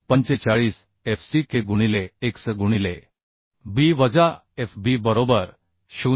45 f c k गुणिले x गुणिले b वजा f b बरोबर 0